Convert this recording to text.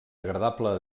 agradable